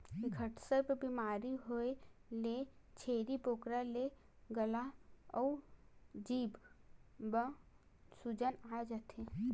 घटसर्प बेमारी होए ले छेरी बोकरा के गला अउ जीभ म सूजन आ जाथे